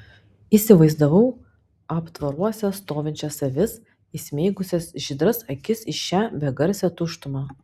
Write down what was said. įsivaizdavau aptvaruose stovinčias avis įsmeigusias žydras akis į šią begarsę tuštumą